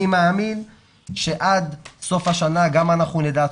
אני מאמין שעד סוף השנה הזאת גם אנחנו נדע.